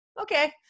okay